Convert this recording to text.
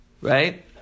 right